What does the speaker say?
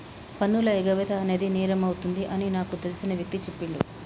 పన్నుల ఎగవేత అనేది నేరమవుతుంది అని నాకు తెలిసిన వ్యక్తి చెప్పిండు